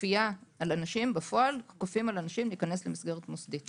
כופים על אנשים להיכנס למסגרת מוסדית.